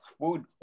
Food